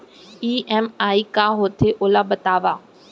EMI का होथे, ओला बतावव